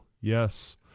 yes